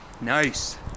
Nice